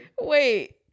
wait